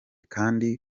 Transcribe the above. kandi